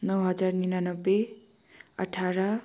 नौ हजार निनानब्बे अठार